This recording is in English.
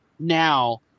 Now